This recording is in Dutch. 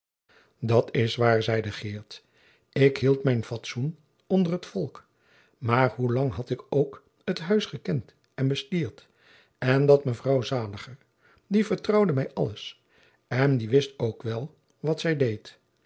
haar dat's waar zeide geert ik hield mijn fatsoen onder t volk maar hoe lang had ik ook het huis gekend en bestierd en dan mevrouw zaliger die vertrouwde mij alles en die wist ook wel wat zij deed